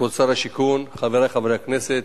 כבוד שר השיכון, חברי חברי הכנסת,